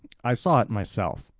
i saw it myself.